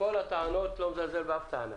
לא מזלזל באף טענה,